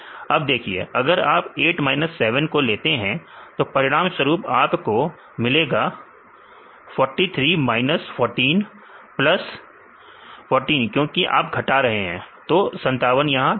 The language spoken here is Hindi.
अब देखिए अगर आप 8 माइनस 7 को लेते हैं तो परिणाम स्वरूप आपको मिलेगा 43 माइनस 14 प्लस 14 क्योंकि आप घटा रहे हैं तो 57 यह ठीक है